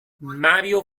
mario